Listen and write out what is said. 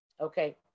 Okay